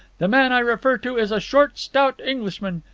the man i refer to is a short, stout englishman,